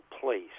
place